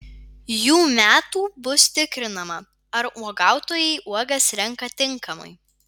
jų metų bus tikrinama ar uogautojai uogas renka tinkamai